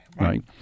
Right